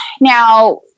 now